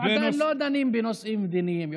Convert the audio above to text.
אנחנו עדיין לא דנים בנושאים מדיניים.